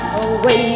away